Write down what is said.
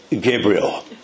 Gabriel